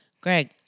Greg